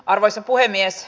arvoisa puhemies